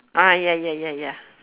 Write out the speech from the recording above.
ah ya ya ya ya